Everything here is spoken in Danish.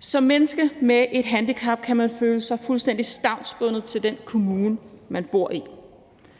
Som menneske med et handicap kan man føle sig fuldstændig stavnsbundet til den kommune, man bor i.